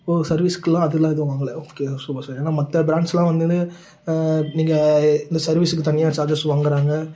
ஓ சர்வீஸுக்கெல்லாம் அதல்லாம் எதுவும் வாங்கலை ஓகே சூப்பர் சார் ஏன்னா மற்ற ப்ராண்ட்ஸுலாம் வந்துன்னு நீங்கள் இந்த சர்வீஸுக்கு தனியாக சார்ஜெஸ் வாங்குறாங்க